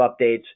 updates